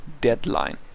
deadline